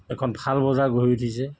এখন ভাল বজাৰ গঢ়ি উঠিছে